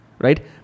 Right